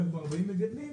שכלל בערך 40 מגדלים,